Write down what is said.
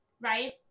right